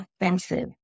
Offensive